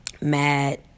mad